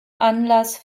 anlass